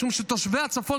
משום שתושבי הצפון,